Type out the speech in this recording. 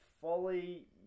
Folly